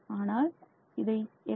ஆனால் இதை எக்ஸ்